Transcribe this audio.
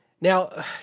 Now